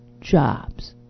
jobs